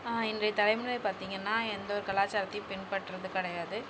இன்றைய தலைமுறை பார்த்தீங்கனா எந்த ஒரு கலாச்சாரத்தையும் பின்பற்றுறது கிடையாது